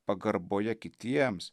pagarboje kitiems